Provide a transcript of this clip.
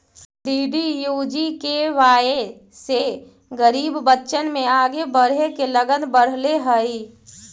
DDUGKY से गरीब बच्चन में आगे बढ़े के लगन बढ़ले हइ